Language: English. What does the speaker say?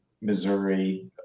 Missouri –